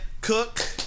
Cook